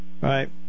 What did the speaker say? right